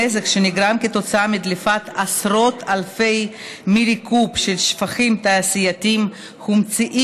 הנזק שנגרם כתוצאה מדליפת עשרות אלפי מיליקוב של שפכים תעשייתיים חומציים